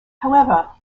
however